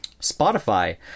Spotify